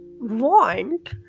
want